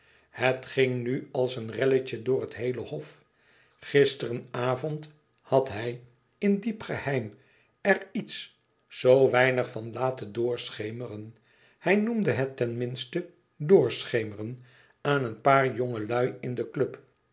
het ging nu al als een relletje door het heele hof gisteren avond had hij in diep geheim er iets zoo weinig van laten doorschemeren hij noemde het ten minste doorschemeren aan een paar jongelui in den club